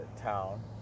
town